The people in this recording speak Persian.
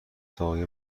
سایه